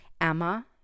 Emma